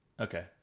Okay